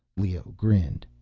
leoh grinned.